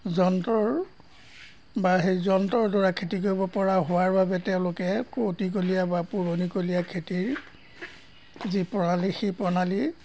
যন্ত্ৰৰ বা সেই যন্ত্ৰৰ দ্বাৰা খেতি কৰিব পৰা হোৱাৰ বাবে তেওঁলোকে কৌটিকলীয়া বা পুৰণিকলীয়া খেতিৰ যি প্ৰণালী সেই প্ৰণালী